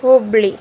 Hubballi